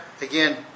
again